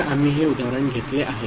तर आम्ही हे उदाहरण घेतले आहे